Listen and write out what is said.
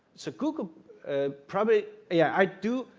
so google ah probably, yeah. i do